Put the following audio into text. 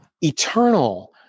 eternal